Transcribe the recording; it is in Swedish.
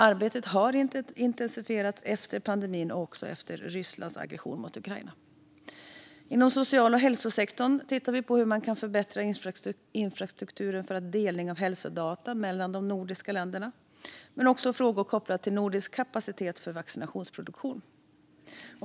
Arbetet har intensifierats efter pandemin och Rysslands aggression mot Ukraina. Inom den sociala sektorn och hälsosektorn tittar vi på hur infrastrukturen för delning av hälsodata kan förbättras mellan de nordiska länderna. Vi tittar också på frågor kopplade till nordisk kapacitet för vaccinationsproduktion.